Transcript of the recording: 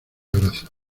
abrazos